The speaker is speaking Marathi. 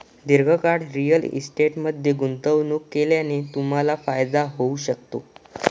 दीर्घकाळ रिअल इस्टेटमध्ये गुंतवणूक केल्याने तुम्हाला फायदा होऊ शकतो